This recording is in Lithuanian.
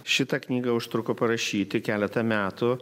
šitą knygą užtruko parašyti keletą metų